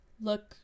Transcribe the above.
look